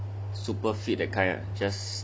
super fit that kind ah just